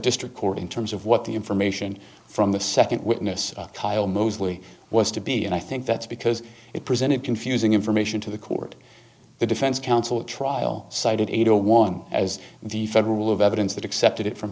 district court in terms of what the information from the second witness kyle mosley was to be and i think that's because it presented confusing information to the court the defense counsel trial cited eight zero one as the federal rule of evidence that accepted it from